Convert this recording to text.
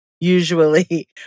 Usually